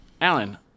Alan